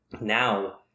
now